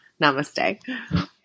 Namaste